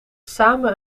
samen